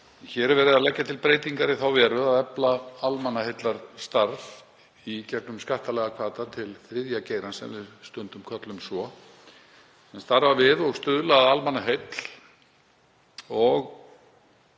Hér er verið að leggja til breytingar í þá veru að efla almannaheillastarf í gegnum skattalega hvata til þriðja geirans, sem við stundum köllum svo,